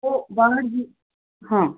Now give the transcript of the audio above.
हो हां